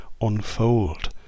unfold